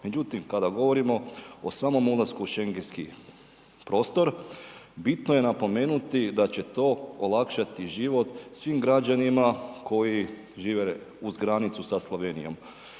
Međutim, kada govorimo o samom ulasku u Schengenski prostor bitno je napomenuti da će to olakšati život svim građanima koji žive uz granicu sa Slovenijom.